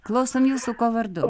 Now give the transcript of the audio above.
klausom jūsų kuo vardu